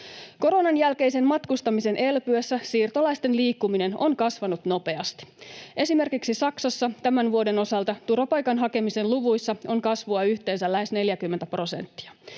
Koronan jälkeisen matkustamisen elpyessä siirtolaisten liikkuminen on kasvanut nopeasti. Esimerkiksi Saksassa tämän vuoden osalta turvapaikan hakemisen luvuissa on kasvua yhteensä lähes 40 prosenttia.